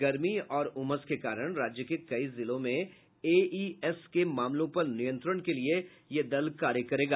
गर्मी और उमस के कारण राज्य के कई जिलों में एईएस के मामलों पर नियंत्रण के लिए यह दल कार्य करेगा